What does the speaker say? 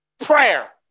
prayer